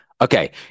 okay